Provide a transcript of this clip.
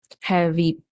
heavy